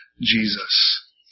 Jesus